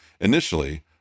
Initially